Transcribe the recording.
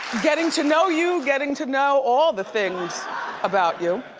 getting to know you, getting to know all the things about you.